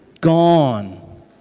gone